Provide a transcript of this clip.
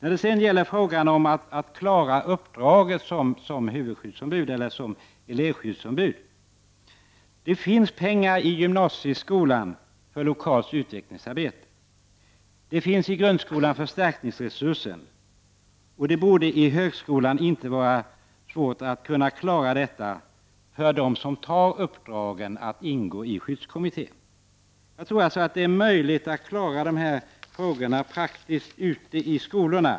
Beträffande frågan om hur man skall klara uppdraget som huvudskyddsombud eller elevskyddsombud vill jag säga följande. Det finns pengar inom gymnasieskolan för lokalt utvecklingsarbete. Och i grundskolan finns förstärkningsresurser. Inom högskolan borde det inte vara svårt att klara detta för dem som tar uppdraget att ingå i skyddskommittéen. Jag tror alltså att det är möjligt att klara dessa frågor praktiskt ute i skolorna.